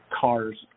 cars